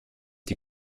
die